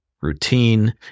routine